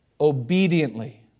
obediently